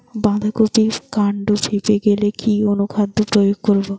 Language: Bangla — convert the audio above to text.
বাঁধা কপির কান্ড ফেঁপে গেলে কি অনুখাদ্য প্রয়োগ করব?